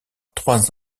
trois